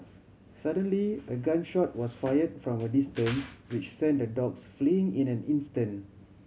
suddenly a gun shot was fired from a distance which sent the dogs fleeing in an instant